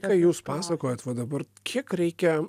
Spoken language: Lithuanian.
ką jūs pasakojot va dabar kiek reikia